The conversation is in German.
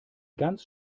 ganz